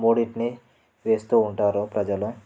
మూడిటిని వేస్తూ ఉంటారు ప్రజలు